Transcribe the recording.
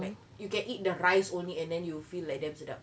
like you can eat the rice only and then you will feel like damn sedap